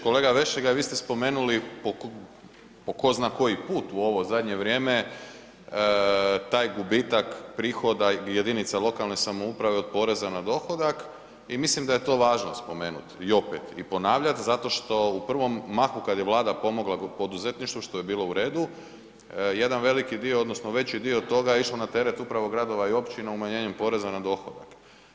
Kolega VEšligaj, vi ste spomenuli po ko zna koji put u ovo zadnje vrijeme taj gubitak prihoda jedinica lokalne samouprave od poreza na dohodak i mislim da je to važno spomenut i opet i ponavljat, zato što u prvom mahu kada je Vlada pomogla poduzetništvu što je bilo u redu, jedan veliki dio odnosno veći dio toga je išlo na teret upravo gradova i općina umanjenjem poreza na dohodak.